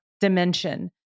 dimension